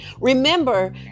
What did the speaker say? Remember